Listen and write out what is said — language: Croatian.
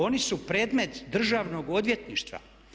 Oni su predmet Državnog odvjetništva.